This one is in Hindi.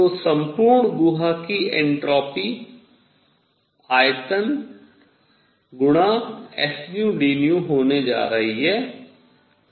तो संपूर्ण गुहा की एन्ट्रापी आयतन गुणा sd होने जा रही है